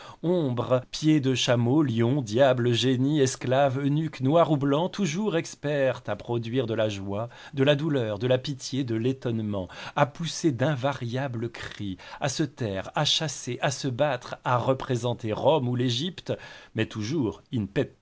ombre patte de chameau lion diable génie esclave eunuque noir ou blanc toujours expert à produire de la joie de la douleur de la pitié de l'étonnement à pousser d'invariables cris à se taire à chasser à se battre à représenter rome ou l'égypte mais toujours in